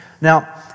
Now